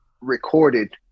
recorded